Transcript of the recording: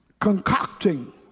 concocting